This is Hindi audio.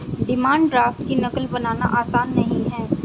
डिमांड ड्राफ्ट की नक़ल बनाना आसान नहीं है